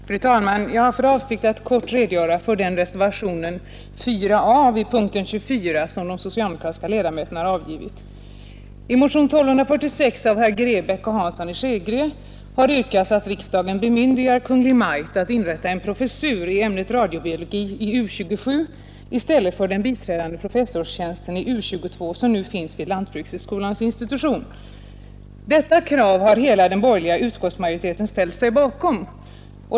Fru talman! Jag har för avsikt att kort redogöra för den reservation, nr 4 a, som de socialdemokratiska ledamöterna har avgivit vid punkten 24. I motionen 1246 av herrar Grebäck och Hansson i Skegrie yrkas att riksdagen bemyndigar Kungl. Maj:t att inrätta en professur i ämnet radiobiologi i U 27 i stället för den tjänst som biträdande professor i U 22 som nu finns vid lantbrukshögskolan. Detta krav har hela den borgerliga utskottsmajoriteten ställt sig bakom.